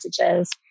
messages